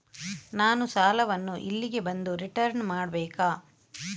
ನಾನು ಸಾಲವನ್ನು ಇಲ್ಲಿಗೆ ಬಂದು ರಿಟರ್ನ್ ಮಾಡ್ಬೇಕಾ?